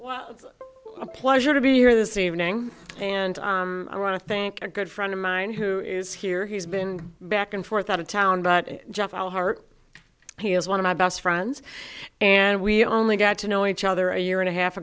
well a pleasure to be here this evening and i want to thank a good friend of mine who is here he's been back and forth out of town but jeff our heart he is one of my best friends and we only got to know each other a year and a half